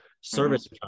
service